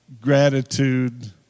Gratitude